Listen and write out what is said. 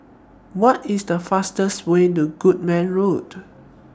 What IS The fastest Way to Goodman Road